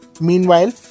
Meanwhile